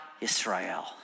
Israel